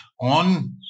on